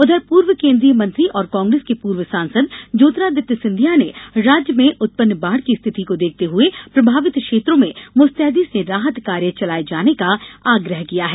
उधर पूर्व केंद्रीय मंत्री और कांग्रेस के पूर्व सांसद ज्योतिरादित्य सिंधिया ने राज्य में उत्पन्न बाढ़ की स्थिति को देखते हुए प्रभावित क्षेत्रों में मुस्तैदी से राहत कार्य चलाये जाने का आग्रह किया है